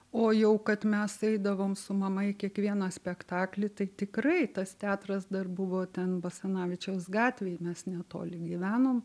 o jau kad mes eidavom su mama į kiekvieną spektaklį tai tikrai tas teatras dar buvo ten basanavičiaus gatvėj mes netoli gyvenom